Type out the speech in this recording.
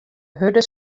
hurde